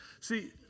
See